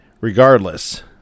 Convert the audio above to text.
Regardless